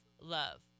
love